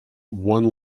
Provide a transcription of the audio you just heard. one